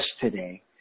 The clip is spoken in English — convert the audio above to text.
today